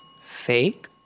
Fake